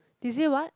they say what